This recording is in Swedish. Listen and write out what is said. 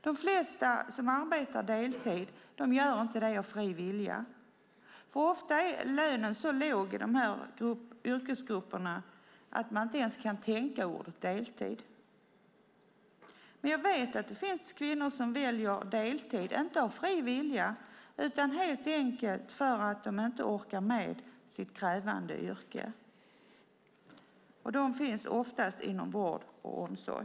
De flesta som arbetar deltid gör det inte av fri vilja. Ofta är lönen så låg i de här yrkesgrupperna att man inte ens kan tänka ordet deltid. Men jag vet att det finns kvinnor som väljer deltid, inte av fri vilja utan helt enkelt för att de inte orkar med sitt krävande yrke, och de finns oftast inom vård och omsorg.